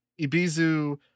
Ibizu